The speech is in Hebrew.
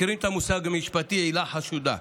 מכירים את המושג המשפטי "עילה חשודה"